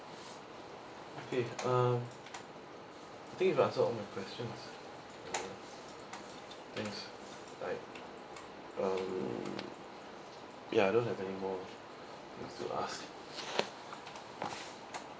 okay um I think you've answered all my questions uh thanks like um ya I don't have anymore things to ask